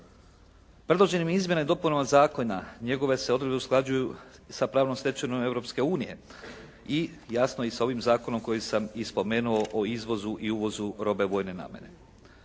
Predloženim izmjenama i dopunama zakona njegove se odredbe usklađuju sa pravnom stečevinom Europske unije i jasno i sa ovim zakonom koji sam i spomenuo o izvozu i uvozu robe vojne namjene.